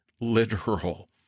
literal